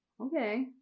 okay